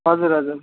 हजुर हजुर